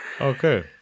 Okay